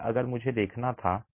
इसलिए अगर मुझे देखना था